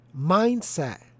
mindset